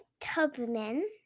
Tubman